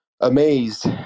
amazed